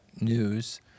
news